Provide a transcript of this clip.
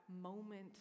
moment